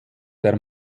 der